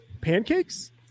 pancakes